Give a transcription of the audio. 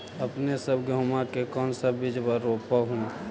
अपने सब गेहुमा के कौन सा बिजबा रोप हू?